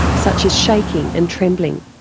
such as shaking and trembling.